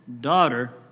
daughter